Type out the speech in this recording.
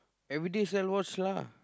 everyday lah